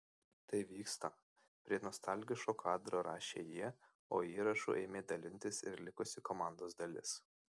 tai vyksta prie nostalgiško kadro rašė jie o įrašu ėmė dalintis ir likusi komandos dalis